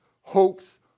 hopes